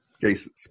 cases